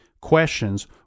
questions